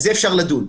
על זה אפשר לדון.